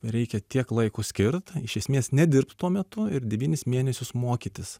reikia tiek laiko skirt iš esmės nedirbt tuo metu ir devynis mėnesius mokytis